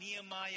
Nehemiah